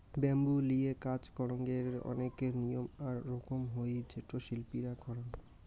bamboo লিয়ে কাজ করঙ্গের অনেক নিয়ম আর রকম হই যেটো শিল্পীরা করাং